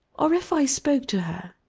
or, if i spoke to her,